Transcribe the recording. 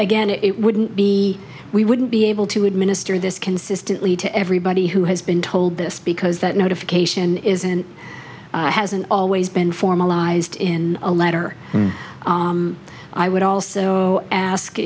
again it wouldn't be we wouldn't be able to administer this consistently to everybody who has been told this because that notification isn't hasn't always been formalized in a letter i would also ask